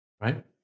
Right